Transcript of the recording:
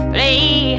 Play